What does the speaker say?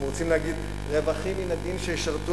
הם רוצים להגיד: רווחים מן הדין שישרתו